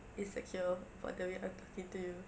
insecure for the way I'm talking to you